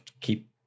keep